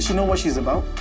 she know what she's about.